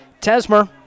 Tesmer